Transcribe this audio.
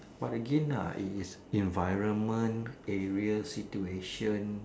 but again lah it is environment area situation